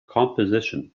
composition